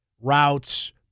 routes